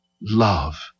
love